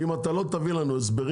אם אתה לא תביא לנו הסברים.